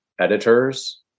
editors